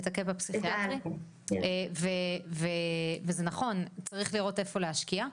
זה נכון, צריך לראות איפה להשקיע.